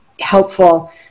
helpful